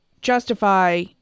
justify